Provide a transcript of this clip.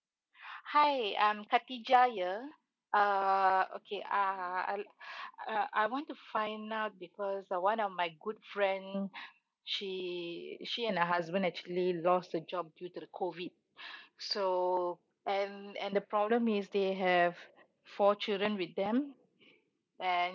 hi I'm kakeja here uh okay uh I I want to find out because uh one of my good friend she she and her husband actually lost the job due to the COVID so and and the problem is they have four children with them and